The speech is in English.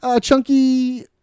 Chunky